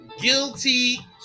Guilty